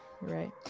right